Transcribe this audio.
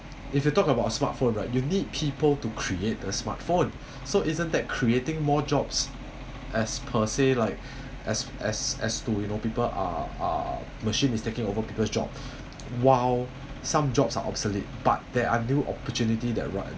if you talk about smartphone right you need people to create a smartphone so isn't that creating more jobs as per say like as as as to you know people are are machine is taking over people's job while some jobs are obsolete but there are new opportunity that right